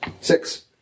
Six